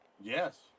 yes